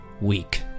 week